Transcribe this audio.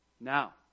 Now